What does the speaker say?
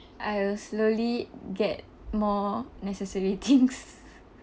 I will slowly get more necessary things